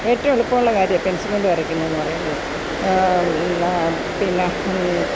ഏറ്റവും എളുപ്പമുള്ള കാര്യമാണ് പെൻസില്കൊണ്ട് വരയ്ക്കുന്നതെന്നു പറയുന്നത് പിന്ന